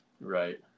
Right